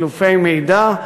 חילופי מידע,